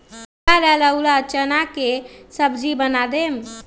हमरा ला रउरा चना के सब्जि बना देम